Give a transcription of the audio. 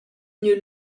gnü